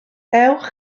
ewch